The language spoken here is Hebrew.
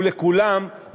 הוא לכולם,